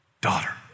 Daughter